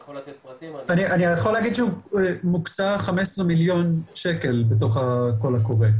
יכול להגיד שמוקצה 15 מיליון שקל בתוך הקול הקורא,